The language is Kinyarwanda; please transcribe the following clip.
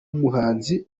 n’umuhanzi